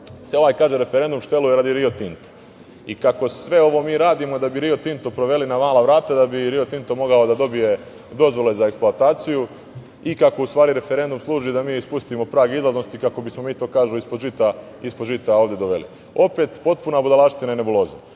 se ovaj referendum šteluje radi "Rio Tinta" i kako sve ovo mi radimo da bi "Rio Tinto" sproveli na mala vrata, da bi "Rio Tinto" mogao da dobije dozvole za eksploataciju i kako u stvari referendum služi da mi spustimo prag izlaznosti, kako bismo mi to ispod žita ovde doveli. Opet potpuna budalaština i nebuloza. Od